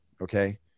Okay